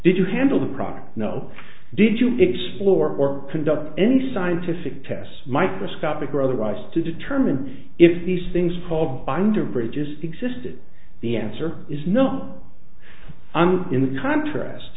did you handle the product no did you explore or conduct any scientific tests microscopic or otherwise to determine if these things paul vi under bridges existed the answer is known on in the contrast